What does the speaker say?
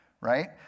Right